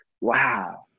wow